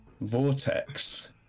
vortex